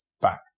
back